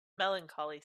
melancholy